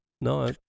No